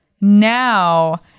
now